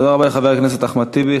תודה רבה לחבר הכנסת אחמד טיבי.